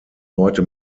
heute